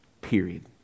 Period